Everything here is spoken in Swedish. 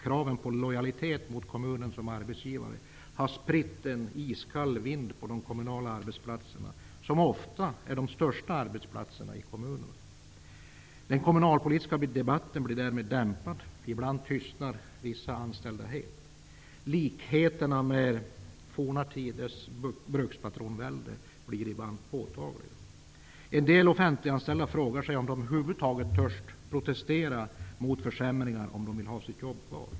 Kraven på lojalitet gentemot kommunen som arbetsgivare har spritt en iskall vind på de kommunala arbetsplatserna, som ofta är de största arbetsplatserna i kommunerna. Den kommunalpolitiska debatten blir därmed dämpad. Ibland tystnar vissa anställda helt. Likheterna med forna tiders brukspatronsvälde är ibland påtagliga. En del offentliganställda frågar sig om de över huvud taget törs protestera mot försämringar om de vill ha sina jobb kvar.